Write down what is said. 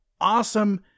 awesome